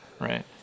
right